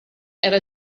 era